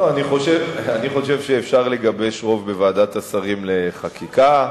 אני חושב שאפשר לגבש רוב בוועדת השרים לחקיקה.